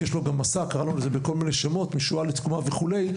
יש לו גם מסע - קראנו לזה בכל מיני שמות כמו משואה לתקומה וכולי.